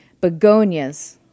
begonias